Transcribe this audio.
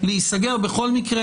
בכל מקרה,